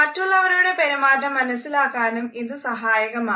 മറ്റുള്ളവരുടെ പെരുമാറ്റം മനസ്സിലാക്കാനും ഇത് സഹായകമാണ്